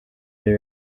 ari